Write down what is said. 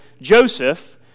Joseph